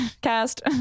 cast